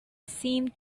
seemed